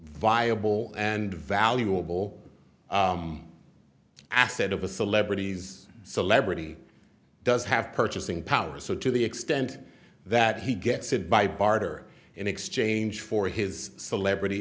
viable and valuable asset of a celebrity's celebrity does have purchasing power so to the extent that he gets it by barter in exchange for his celebrity